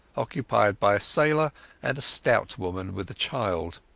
occupied by a sailor and a stout woman with a child.